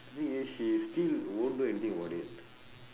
the thing is she still they won't do anything about it